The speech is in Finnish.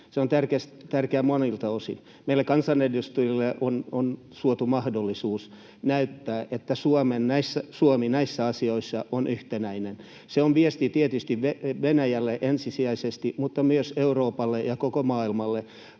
Se on tärkeä monilta osin. Meille kansanedustajille on suotu mahdollisuus näyttää, että Suomi on näissä asioissa on yhtenäinen. Se on viesti, tietysti Venäjälle ensisijaisesti, mutta myös Euroopalle ja koko maailmalle,